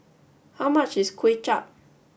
how much is Kuay Chap